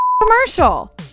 commercial